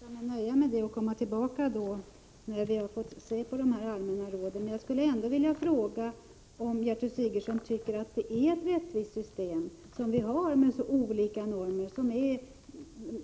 Herr talman! Jag får väl låta mig nöja med det och komma tillbaka när vi har sett:de allmänna råden. Men jag skulle ändå vilja fråga om Gertrud Sigurdsen tycker att det system som vi har, med dess olika normer, är rättvist.